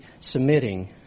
submitting